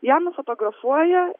ją nufotografuoja